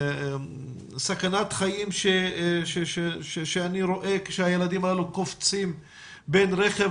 סכנת חיים שאני רואה כשהילדים הללו קופצים בין רכב